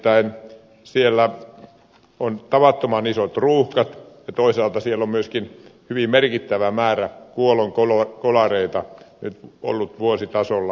nimittäin siellä on tavattoman isot ruuhkat ja toisaalta siellä on myöskin hyvin merkittävä määrä kuolonkolareita ollut vuositasolla